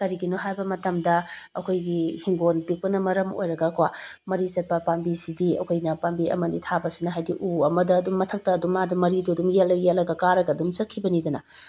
ꯀꯔꯤꯒꯤꯅꯣ ꯍꯥꯏꯕ ꯃꯇꯝꯗ ꯑꯩꯈꯣꯏꯒꯤ ꯏꯪꯒꯣꯜ ꯄꯤꯛꯄꯅ ꯃꯔꯝ ꯑꯣꯏꯔꯒꯀꯣ ꯃꯔꯤ ꯆꯠꯄ ꯄꯥꯝꯕꯤꯁꯤꯗꯤ ꯑꯩꯈꯣꯏꯅ ꯄꯥꯝꯕꯤ ꯑꯃ ꯑꯅꯤ ꯊꯥꯕꯁꯤꯅ ꯍꯥꯏꯗꯤ ꯎ ꯑꯃꯗ ꯑꯗꯨꯝ ꯃꯊꯛꯇ ꯑꯗꯨꯝ ꯃꯥꯒꯤ ꯃꯔꯤꯗꯣ ꯑꯗꯨꯝ ꯌꯦꯠꯂ ꯌꯦꯂꯥꯒ ꯀꯔꯒ ꯑꯗꯨꯝ ꯆꯥꯈꯤꯕꯅꯤꯗꯅ